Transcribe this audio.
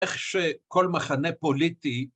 איך שכל מחנה פוליטי